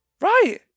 Right